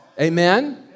Amen